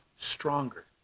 stronger